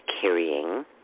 carrying